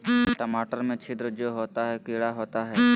टमाटर में छिद्र जो होता है किडा होता है?